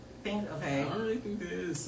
Okay